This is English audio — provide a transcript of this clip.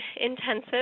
intensive